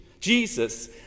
Jesus